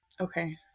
Okay